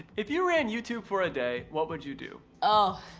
if you ran youtube for a day what would you do? oh,